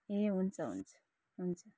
ए हुन्छ हुन्छ हुन्छ